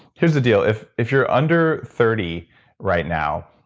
here's the deal. if if you're under thirty right now,